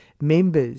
members